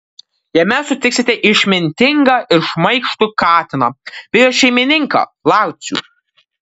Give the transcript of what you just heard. jame sutiksite išmintingą ir šmaikštų katiną bei jo šeimininką laucių